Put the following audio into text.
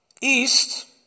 east